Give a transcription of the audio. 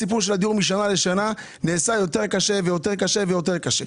הסיפור של הדיור משנה לשנה נעשה יותר קשה ויותר קשה ויותר קשה.